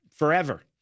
Forever